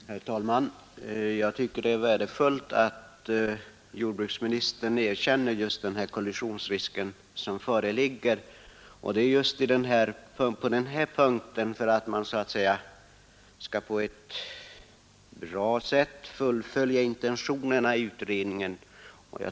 Herr talman! Jag tycker att det är värdefullt att jordbruksministern erkänner den kollisionsrisk som föreligger mellan 1967 års riksdagsbeslut och årets beslut om Norrlandsstödet för inre rationalisering.